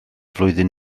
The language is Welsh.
flwyddyn